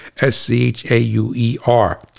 S-C-H-A-U-E-R